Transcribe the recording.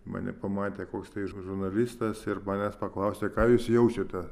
mane pamatė koks tai žurnalistas ir manęs paklausė ką jūs jaučiate